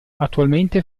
attualmente